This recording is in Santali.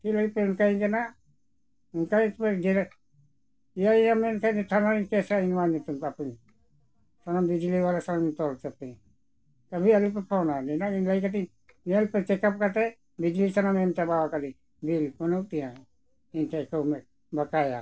ᱪᱮᱫ ᱞᱟᱹᱜᱤᱫᱯᱮ ᱚᱱᱠᱟᱧ ᱠᱟᱱᱟ ᱚᱱᱠᱟᱯᱮ ᱤᱭᱟᱹᱧᱟᱹ ᱢᱮᱱᱛᱮ ᱛᱷᱟᱱᱟ ᱨᱤᱧ ᱠᱮᱥᱟ ᱤᱧᱢᱟ ᱱᱤᱛᱳᱜ ᱵᱟᱯᱮ ᱥᱟᱱᱟᱢ ᱵᱤᱡᱽᱞᱤ ᱵᱟᱞᱟᱧ ᱛᱚᱞ ᱦᱚᱪᱚ ᱯᱤᱭᱟᱹᱧ ᱠᱟᱵᱷᱤ ᱟᱞᱚᱯᱮ ᱯᱷᱳᱱᱟ ᱱᱤᱱᱟᱹᱜ ᱞᱟᱹᱭ ᱠᱟᱹᱛᱤᱧ ᱧᱮᱞᱯᱮ ᱪᱮᱠᱟᱯ ᱠᱟᱛᱮᱫ ᱵᱤᱡᱽᱞᱤ ᱥᱟᱱᱟᱢ ᱮᱢ ᱪᱟᱵᱟᱣ ᱠᱟᱹᱫᱟᱹᱧ ᱵᱤᱞ ᱵᱟᱹᱱᱩᱜ ᱛᱤᱧᱟᱹ ᱤᱧ ᱴᱷᱮᱱ ᱵᱟᱠᱷᱟᱱᱤᱧ ᱚᱠᱟᱭᱟ